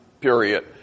period